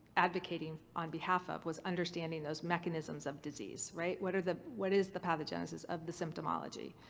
advocating on behalf of was understanding those mechanisms of disease, right. what are the. what is the pathogenesis of the symptomology?